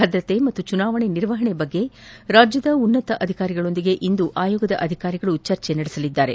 ಭದ್ರತೆ ಮತ್ತು ಚುನಾವಣೆ ನಿರ್ವಹಣೆ ಕುರಿತು ರಾಜ್ಯದ ಉನ್ನತ ಅಧಿಕಾರಿಗಳ ಜೊತೆ ಇಂದು ಆಯೋಗದ ಅಧಿಕಾರಿಗಳು ಚರ್ಚೆ ನಡೆಸಲಿದ್ದಾರೆ